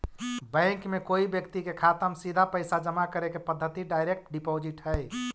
bank में कोई व्यक्ति के खाता में सीधा पैसा जमा करे के पद्धति डायरेक्ट डिपॉजिट हइ